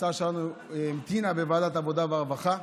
ההצעה שלנו המתינה בוועדת העבודה והרווחה.